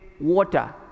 water